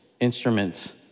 instruments